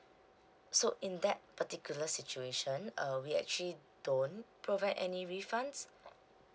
so in that particular situation uh we actually don't provide any refunds